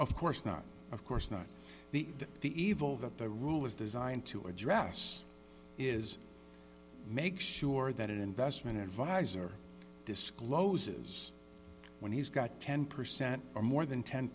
of course not of course not the the evil that the rule is designed to address is make sure that investment advisor discloses when he's got ten percent or more than ten